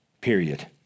period